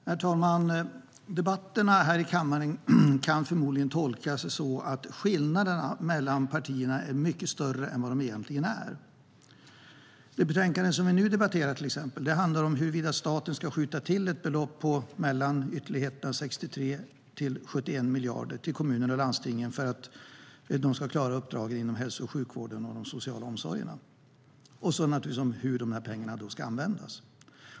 Herr talman! Debatterna här i kammaren kan förmodligen tolkas som att skillnaderna mellan partierna är mycket större än vad de egentligen är. Det betänkande som vi nu debatterar handlar om huruvida staten ska skjuta till ett belopp på mellan 63 och 71 miljarder till kommunerna och landstingen för att de ska klara sina uppdrag inom hälso och sjukvården samt de sociala omsorgerna, och hur pengarna ska användas.